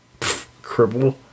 Cribble